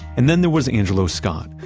and then there was angelo scott,